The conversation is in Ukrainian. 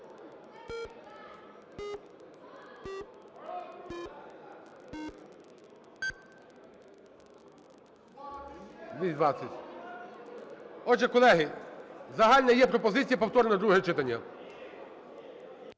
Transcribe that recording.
220. Отже, колеги, загальна є пропозиція – повторне друге читання.